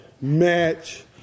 match